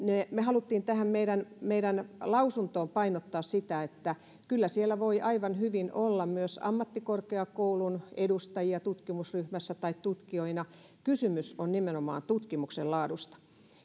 me halusimme tähän meidän meidän lausuntoon painottaa sitä että kyllä siellä voi aivan hyvin olla myös ammattikorkeakoulun edustajia tutkimusryhmässä tai tutkijoina kysymys on nimenomaan tutkimuksen laadusta